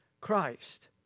Christ